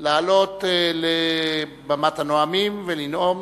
לעלות על בימת הנואמים ולנאום